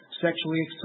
Sexually